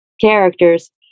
characters